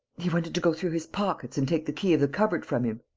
he wanted to go through his pockets and take the key of the cupboard from him.